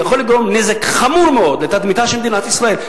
שיכול לגרום נזק חמור מאוד לתדמיתה של מדינת ישראל.